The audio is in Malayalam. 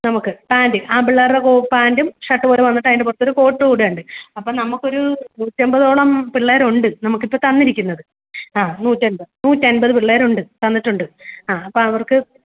നമുക്ക് പാൻറ്റ് ആൺപിള്ളേരുടെ പാൻറ്റും ഷർട്ടും അതിൻ്റെ പുറത്തൊരു കോട്ടൂടെ ഉണ്ട് അപ്പോൾ നമുക്കൊരു നൂറ്റൻപതോളം പിള്ളേരുണ്ട് നമുക്കിപ്പം തന്നിരിക്കുന്നത് ആ നൂറ്റൻപത് നൂറ്റൻപത് പിള്ളേരുണ്ട് തന്നിട്ടുണ്ട് ആ അപ്പോൾ അവർക്ക്